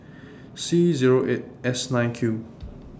C Zero eight S nine Q